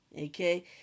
okay